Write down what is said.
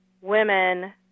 women